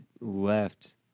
left